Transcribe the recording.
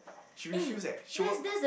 she refuse eh she work